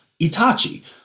itachi